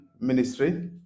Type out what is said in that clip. Ministry